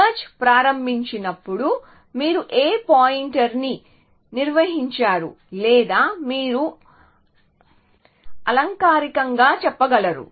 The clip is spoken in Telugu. సేర్చ్ ప్రారంభించినప్పుడు మీరు ఏ పాయింటర్ను నిర్వహించరు లేదా మీరు అలంకారికంగా చెప్పగలరు